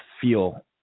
feel